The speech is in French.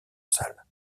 salle